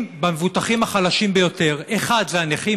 במבוטחים החלשים ביותר: 1. בנכים,